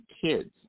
kids